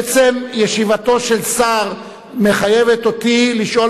עצם ישיבתו של שר מחייבת אותי לשאול